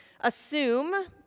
assume